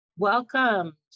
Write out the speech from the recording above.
Welcome